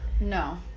no